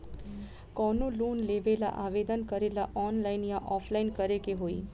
कवनो लोन लेवेंला आवेदन करेला आनलाइन या ऑफलाइन करे के होई?